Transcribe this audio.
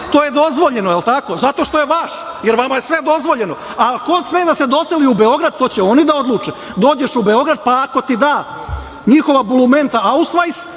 To je dozvoljeno, jel tako, zato što je vaš, jer vama je sve dozvoljeno? Ko sme da se doseli u Beograd, to će oni da odluče. Dođeš u Beograd, pa ako ti da njihova bulumenta ausvajs,